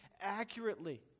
accurately